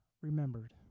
remembered